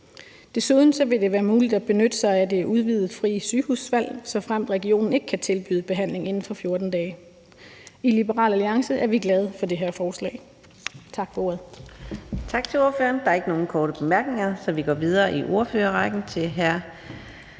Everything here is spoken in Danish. Desuden vil det være muligt at benytte sig af det udvidede frie sygehusvalg, såfremt regionen ikke kan tilbyde behandling inden for 14 dage. I Liberal Alliance er vi glade for det her forslag.